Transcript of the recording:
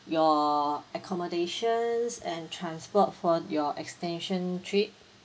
your accommodations and transport for your extension trip